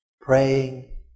Praying